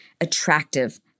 attractive